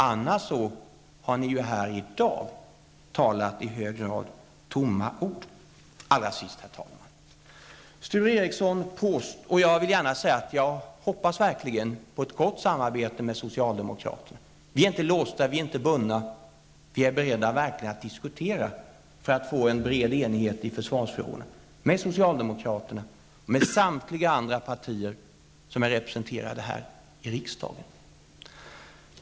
Annars har ni ju här i dag talat i hög grad tomma ord. Jag vill gärna säga att jag verkligen hoppas på ett gott samarbete med socialdemokraterna. Vi är inte låsta, inte bundna, utan vi är beredda att verkligen diskutera för att få en bred enighet i försvarsfrågorna med socialdemokraterna och samtliga andra partier som är representerade här i riksdagen.